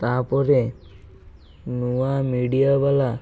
ତା'ପରେ ନୂଆ ମିଡ଼ିଆ ବାଲା